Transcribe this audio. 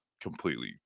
completely